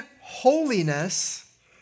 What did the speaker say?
holiness